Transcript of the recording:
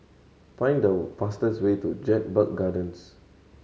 find the fastest way to Jedburgh Gardens